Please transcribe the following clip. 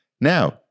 Now